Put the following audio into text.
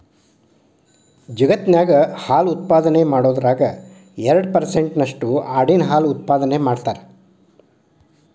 ಜಗತ್ತಿನ್ಯಾಗ ಹಾಲು ಉತ್ಪಾದನೆ ಮಾಡೋದ್ರಾಗ ಎರಡ್ ಪರ್ಸೆಂಟ್ ನಷ್ಟು ಆಡಿನ ಹಾಲು ಉತ್ಪಾದನೆ ಮಾಡ್ತಾರ